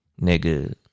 nigga